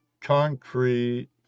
Concrete